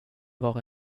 vara